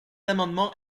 amendement